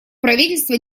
правительство